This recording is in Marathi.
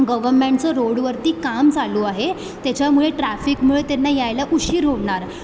गव्हर्मेंटचं रोडवरती काम चालू आहे त्याच्यामुळे ट्रॅफिकमुळे त्यांना यायला उशीर होणार